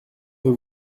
avez